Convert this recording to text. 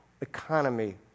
economy